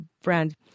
friend